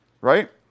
right